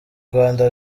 rwanda